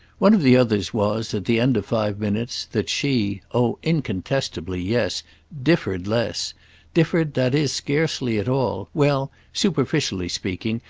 one of the others was, at the end of five minutes, that she oh incontestably, yes differed less differed, that is, scarcely at all well, superficially speaking,